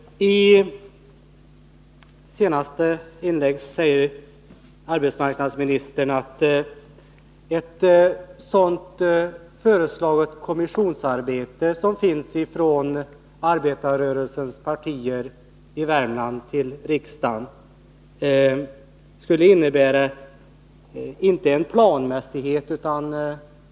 Herr talman! I sitt senaste inlägg säger arbetsmarknadsministern att ett sådant kommissionsarbete som arbetarrörelsens partier i Värmland föreslår riksdagen inte skulle innebära någon planmässighet.